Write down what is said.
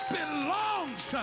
belongs